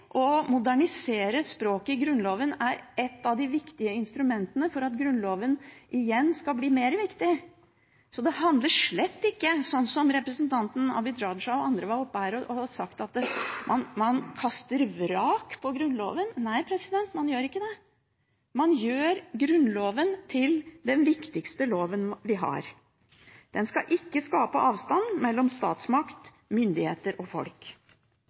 å modernisere språket i Grunnloven er et av de viktige instrumentene for at Grunnloven igjen skal bli mer viktig. Så det handler slett ikke – som representanten Abid Q. Raja og andre har vært oppe her og sagt – at man kaster vrak på Grunnloven. Nei, man gjør ikke det; man gjør Grunnloven til den viktigste loven vi har. Den skal ikke skape avstand mellom statsmakt, myndigheter og folk.